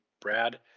Brad